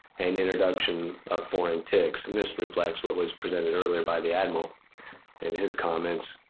and introduction of foreign ticks. and this reflects what was presented earlier by the admiral in his comments.